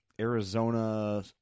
Arizona